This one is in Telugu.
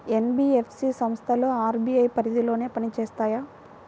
ఎన్.బీ.ఎఫ్.సి సంస్థలు అర్.బీ.ఐ పరిధిలోనే పని చేస్తాయా?